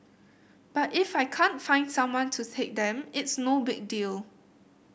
but if I can't find someone to take them it's no big deal